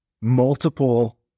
multiple